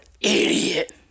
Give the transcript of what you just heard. idiot